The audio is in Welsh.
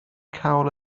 cawl